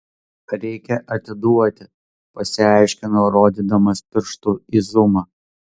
reikia atiduoti pasiaiškino rodydamas pirštu į zumą